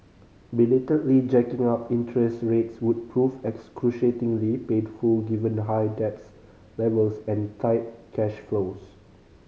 belatedly jacking up interest rates would prove excruciatingly painful given high debt levels and tight cash flows